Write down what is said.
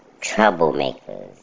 Troublemakers